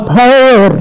power